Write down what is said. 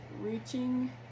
reaching